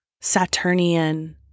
Saturnian